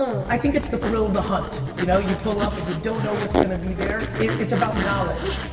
i think it's the thrill of the hunt. you know, you pull up and you don't know what's gonna be there. it's about knowledge.